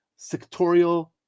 sectorial